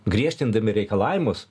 griežtindami reikalavimus